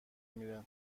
میره